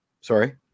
Sorry